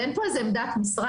אין פה איזה עמדת משרד.